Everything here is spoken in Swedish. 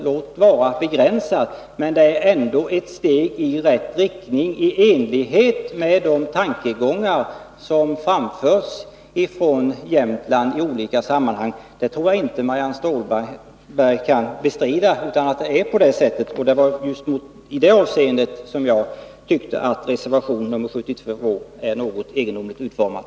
Låt vara att det är begränsat, men det är ändå ett steg i rätt riktning i enlighet med de tankegångar som i olika sammanhang framförts från Jämtland. Jag tror inte att Marianne Stålberg kan bestrida att det är på det sättet. Det var i det avseendet som jag tyckte att reservation nr 72 är något egendomligt utformad.